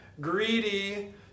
greedy